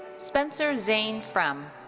spencer zane frum.